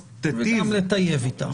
--- לטייב איתה.